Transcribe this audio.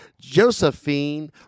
Josephine